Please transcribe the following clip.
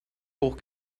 hoch